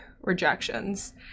rejections